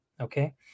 okay